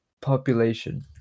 population